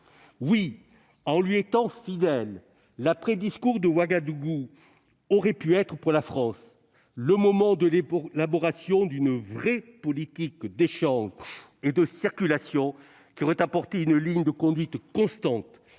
Oui, en lui étant fidèle, l'après-discours de Ouagadougou aurait pu être pour la France le moment de l'élaboration d'une véritable politique d'échanges et de circulation, qui aurait apporté une ligne de conduite constante